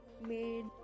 made